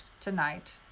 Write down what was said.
tonight